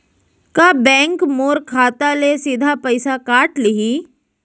का बैंक मोर खाता ले सीधा पइसा काट लिही?